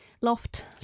loft